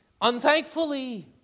unthankfully